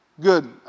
Good